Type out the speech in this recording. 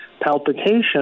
palpitation